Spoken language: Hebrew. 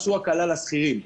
עשו הקלה לשכירים: